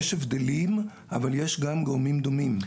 יש הבדלים, אבל יש גם גורמים דומים.